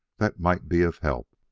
that might be of help.